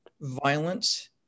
violence